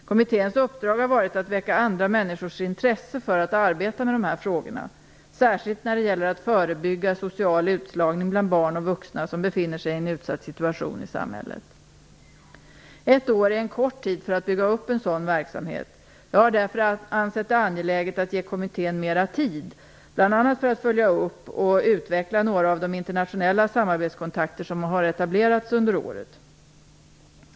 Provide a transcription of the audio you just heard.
Kommitténs uppdrag har varit att väcka andra människors intresse för att arbeta med dessa frågor, särskilt när det gäller att förebygga social utslagning bland barn och vuxna som befinner sig i en utsatt situation i samhället. Ett år är en kort tid för att bygga upp en sådan verksamhet. Jag har därför ansett det angeläget att ge kommittén mera tid, bl.a. för att följa upp och utveckla några av de internationella samarbetskontakter som etablerats under året.